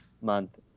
month